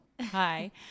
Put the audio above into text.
Hi